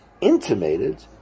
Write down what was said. intimated